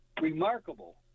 remarkable